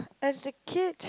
as a kid